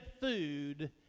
food